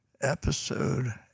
episode